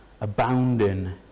abounding